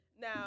Now